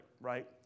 right